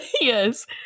Yes